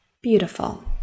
Beautiful